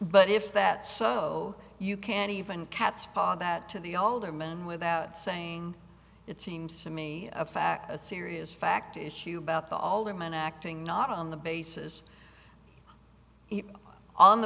but if that so you can even catspaw that to the alderman without saying it seems to me a fact a serious fact issue about the alderman acting not on the basis on the